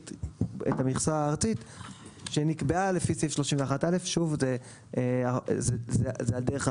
זה נמחק --- אז זאת הבהרה אחת,